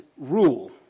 rule